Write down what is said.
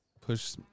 push